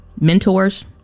Mentors